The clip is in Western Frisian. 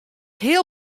heel